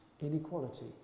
inequality